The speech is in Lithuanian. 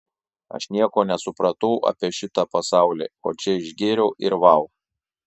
aš nieko nesupratau apie šitą pasaulį o čia išgėriau ir vau